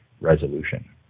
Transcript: resolution